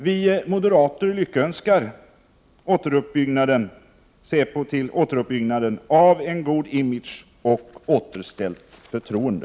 Vi moderater lyckönskar säpo till återuppbyggnaden av en god image — och återställt förtroende.